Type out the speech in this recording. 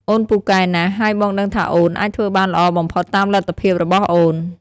អូនពូកែណាស់ ហើយបងដឹងថាអូនអាចធ្វើបានល្អបំផុតតាមលទ្ធភាពរបស់អូន។